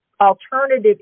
alternative